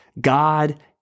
God